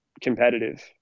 competitive